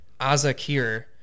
Azakir